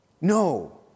No